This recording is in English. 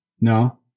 No